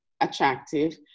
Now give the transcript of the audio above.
attractive